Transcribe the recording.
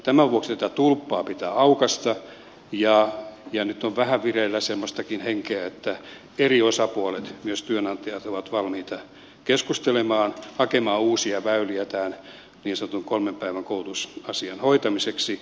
tämän vuoksi tätä tulppaa pitää aukaista ja nyt on vähän vireillä semmoistakin henkeä että eri osapuolet myös työnantajat ovat valmiita keskustelemaan hakemaan uusia väyliä tämän niin sanotun kolmen päivän koulutusasian hoitamiseksi